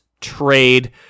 trade